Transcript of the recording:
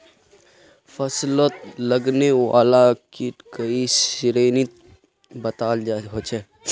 फस्लोत लगने वाला कीट कई श्रेनित बताल होछे